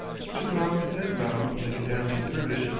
spin round and round like a dancing dervish,